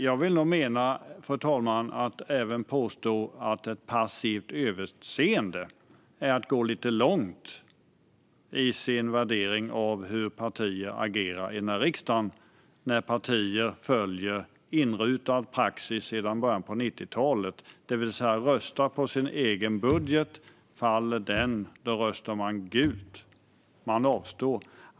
Även att påstå att det var ett passivt överseende är nog att gå lite långt i sin värdering av hur partier agerar i riksdagen, när partier följer inrutad praxis sedan början av 90-talet, det vill säga röstar på sin egen budget och om den faller röstar man gult. Man avstår.